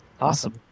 Awesome